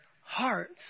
hearts